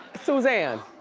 suzanne?